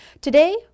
Today